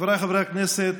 חבריי חברי הכנסת,